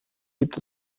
gibt